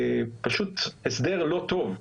פשוט הסדר לא טוב.